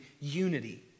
unity